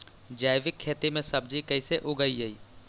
जैविक खेती में सब्जी कैसे उगइअई?